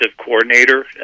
coordinator